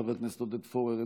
חבר הכנסת עודד פורר,